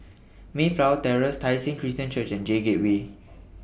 Mayflower Terrace Tai Seng Christian Church and J Gateway